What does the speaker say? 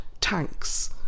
tanks